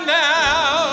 now